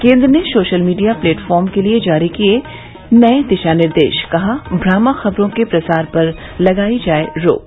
केन्द्र ने social media platform के लिये जारी किये नये दिशा निर्देश कहा भ्रामक खबरों के प्रसार पर लगाई जाये रोक